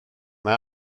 mae